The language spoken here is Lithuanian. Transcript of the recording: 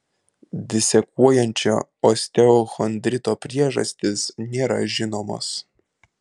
disekuojančio osteochondrito priežastys nėra žinomos